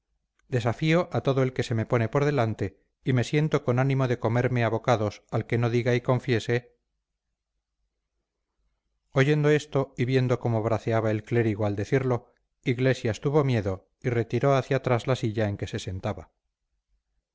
desafío a todo el que se me pone por delante y me siento con ánimo de comerme a bocados al que no diga y confiese oyendo esto y viendo cómo braceaba el clérigo al decirlo iglesias tuvo miedo y retiró hacia atrás la silla en que se sentaba